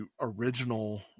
original